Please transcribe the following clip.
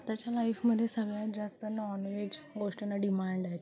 आताच्या लाईफमध्ये सगळ्यात जास्त नॉनवेज गोष्टींना डिमांड आहेत